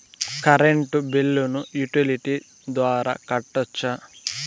Current బిల్లును utility ద్వారా కట్టొచ్చా?